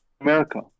America